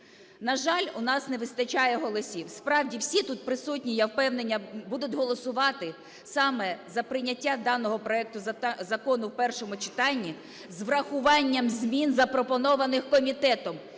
На жаль, у нас не вистачає голосів. Справді, всі тут присутні, я впевнена, будуть голосувати саме за прийняття даного проекту закону в першому читанні з урахуванням змін, запропонованих комітетом.